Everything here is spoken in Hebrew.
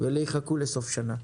ואלה יחכו לסוף שנה.